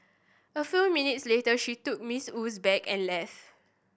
a few minutes later she took Miss Wu's bag and left